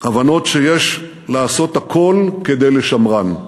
הבנות שיש לעשות הכול כדי לשמרן.